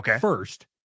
first